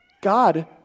God